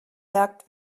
jagd